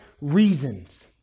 reasons